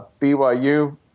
BYU